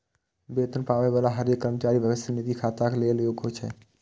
वेतन पाबै बला हरेक कर्मचारी भविष्य निधि खाताक लेल योग्य होइ छै